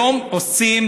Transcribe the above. היום עושים